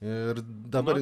ir dabar